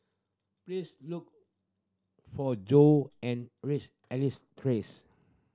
please look for Joe and reach Elias Terrace